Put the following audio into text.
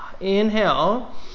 Inhale